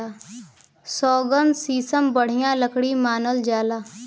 सौगन, सीसम बढ़िया लकड़ी मानल जाला